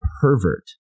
pervert